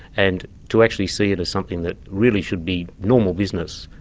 and to actually see it as something that really should be normal business,